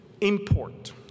import